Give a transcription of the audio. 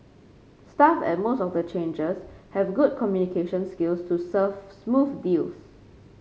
staff at most of the changers have good communication skills to serve smooth deals